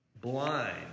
blind